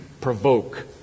Provoke